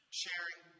sharing